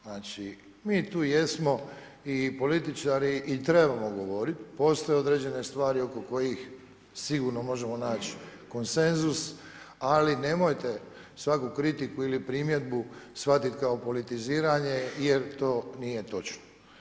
Znači mi tu jesmo i političari i trebamo govoriti, postoje određene stvari oko kojih sigurno možemo naći konsenzus ali nemojte svaku kritiku ili primjedbu shvatiti kao politiziranje jer to nije točno.